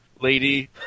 lady